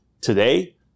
today